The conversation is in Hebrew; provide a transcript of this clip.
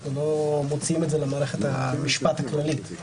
אנחנו לא מוצאים את זה למערכת המשפט הכללית.